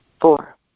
Four